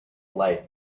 light